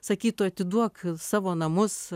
sakytų atiduok savo namus